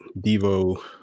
Devo